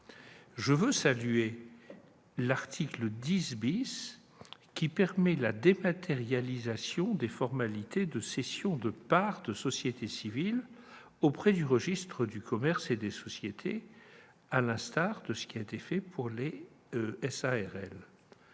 de l'article 10 qui permet la dématérialisation des formalités de cession de parts de société civile auprès du registre du commerce et des sociétés, à l'instar de ce qui a été fait pour les SARL.